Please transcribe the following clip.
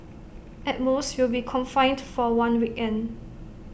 at most you'll be confined for one weekend